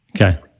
Okay